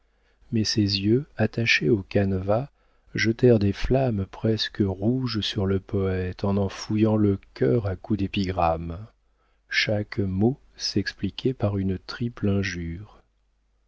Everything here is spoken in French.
mais ses yeux attachés au canevas jetèrent des flammes presque rouges sur le poëte en en fouillant le cœur à coups d'épigrammes chaque mot s'expliquait par une triple injure